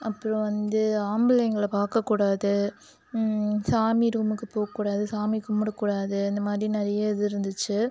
அப்புறம் வந்து ஆம்பளைங்களை பார்க்க கூடாது சாமி ரூம்முக்கு போக கூடாது சாமி கும்பிட கூடாது இந்த மாதிரி நிறைய இது இருந்துச்சு